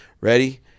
Ready